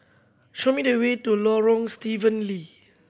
show me the way to Lorong Stephen Lee